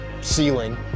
ceiling